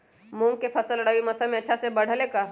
मूंग के फसल रबी मौसम में अच्छा से बढ़ ले का?